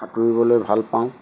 সাঁতুৰিবলৈ ভাল পাওঁ